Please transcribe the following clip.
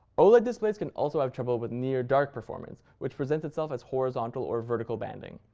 oled like displays can also have trouble with near dark performance, which presents itself as horizontal or vertical banding.